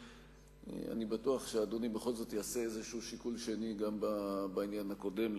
אני בטוח שאדוני בכל זאת יעשה שיקול שני גם בעניין הקודם,